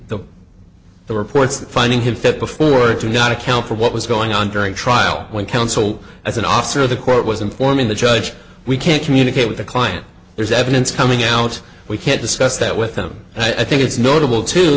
the the reports finding him fit before do not account for what was going on during trial when counsel as an officer of the court was informing the judge we can't communicate with the client there's evidence coming out we can't discuss that with them and i think it's